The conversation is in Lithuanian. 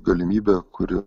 galimybe kuri